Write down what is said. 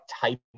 type